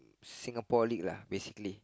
Singapore league lah basically